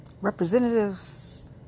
representatives